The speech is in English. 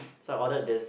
so I ordered this